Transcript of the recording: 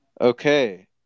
Okay